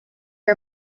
are